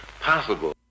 possible